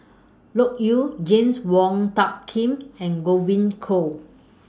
Loke Yew James Wong Tuck Yim and Godwin Koay